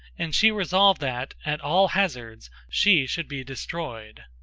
and she resolved that, at all hazards, she should be destroyed.